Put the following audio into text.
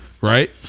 right